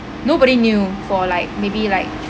nobody knew for like maybe like